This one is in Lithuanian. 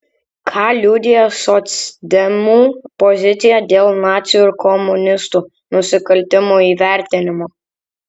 ką liudija socdemų pozicija dėl nacių ir komunistų nusikaltimų įvertinimo